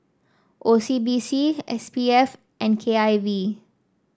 O C B C S P F and K I V